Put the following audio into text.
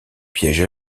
piège